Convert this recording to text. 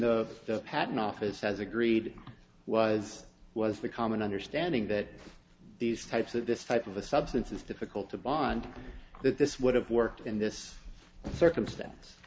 the patent office has agreed was was the common understanding that these types of this type of a substance is difficult to bond that this would have worked in this circumstance